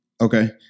Okay